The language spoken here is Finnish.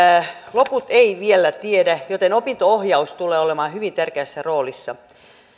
loput eivät vielä tiedä joten opinto ohjaus tulee olemaan hyvin tärkeässä roolissa